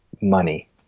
money